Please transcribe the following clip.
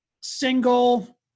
single